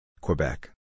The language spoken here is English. Quebec